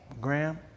Graham